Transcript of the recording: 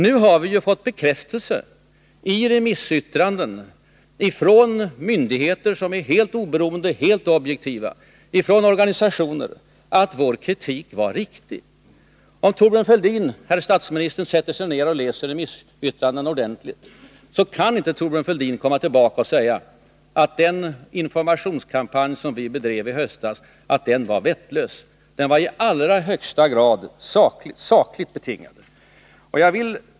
Nu har vi genom remissyttranden från myndigheter som är helt oberoende och helt objektiva och från tunga organisationer fått bekräftelse på att vår kritik var riktig. Om statsministern läser remissyttrandena ordentligt kan han sedan inte komma och säga att den informationskampanj som vi bedrev i höstas var vettlös. Den var i allra högsta grad sakligt betingad.